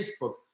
Facebook